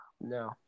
No